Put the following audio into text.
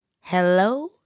Hello